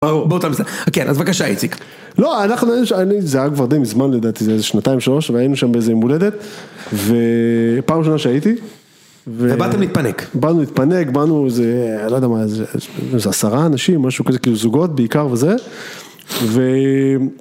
ברור. בוא, אז בבקשה איציק. לא, אנחנו, זה היה כבר די מזמן לדעתי, זה שנתיים שלושה והיינו שם באיזה יום הולדת. פעם ראשונה שהייתי. ובאתם להתפנק. באנו להתפנק, באנו איזה, לא יודע מה, איזה עשרה אנשים, משהו כזה, כאילו זוגות בעיקר וזה, ו...